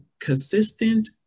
consistent